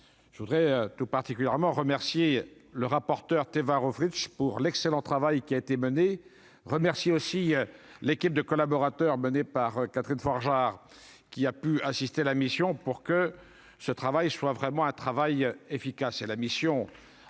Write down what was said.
je voudrais tout particulièrement remercier le rapporteur Téva Rohfritsch pour l'excellent travail qui a été menée remercie aussi l'équipe de collaborateurs menée par Catherine Forgeard qui a pu assister la mission pour que ce travail soit vraiment un travail efficace